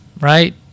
right